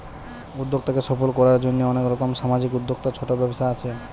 উদ্যোক্তাকে সফল কোরার জন্যে অনেক রকম সামাজিক উদ্যোক্তা, ছোট ব্যবসা আছে